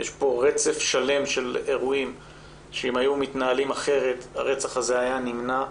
יש פה רצף שלם של אירועים שאם היו מתנהלים אחרת הרצח הזה היה נמנע,